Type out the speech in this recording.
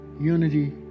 unity